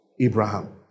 Abraham